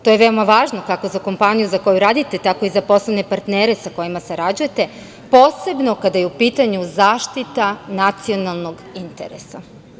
To je veoma važno, kako za kompaniju koju radite, tako i za poslovne partnere sa kojima sarađujete, posebno kada je u pitanju zaštita nacionalnog interesa.